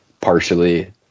partially